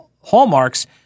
hallmarks